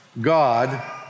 God